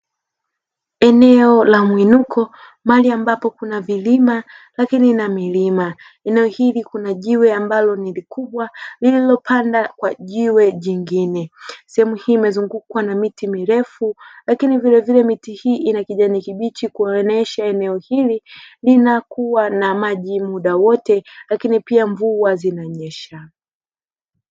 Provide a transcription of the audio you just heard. Eneo la mwinuko mahali ambapo kuna vilima lakini na milima eneo hili kuna jiwe ambalo nilikubwa lililopanda kwa jiwe jingine sehemu hii imezungukwa na miti mirefu lakini vile vile miti hii ina kijani kibichi kuonyesha eneo hili linakuwa na maji muda wote lakini pia mvua zinanyesha.